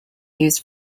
used